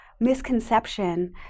misconception